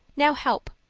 now help,